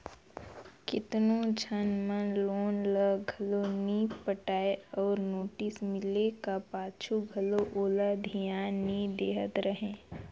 केतनो झन मन लोन ल घलो नी पटाय अउ नोटिस मिले का पाछू घलो ओला धियान नी देहत रहें